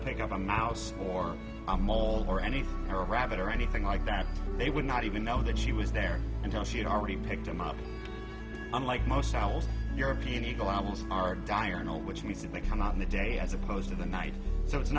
to pick up a mouse or a mole or anything or a rabbit or anything like that they would not even know that she was there until she had already picked them up unlike most owls european eagles are dire no which means that they come out in the day as opposed to the night so it's